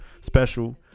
special